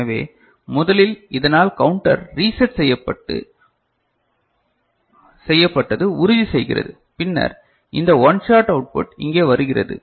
எனவே முதலில் இதனால் கவுண்டர் ரீசெட் செய்யப்பட்டது உறுதிசெய்கிறது பின்னர் இந்த ஒன் ஷாட் அவுட்புட் இங்கே வருகிறது